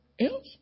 else